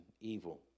evil